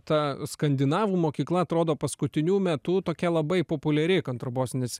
ta skandinavų mokykla atrodo paskutiniu metu tokia labai populiari kantrabosinis